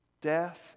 death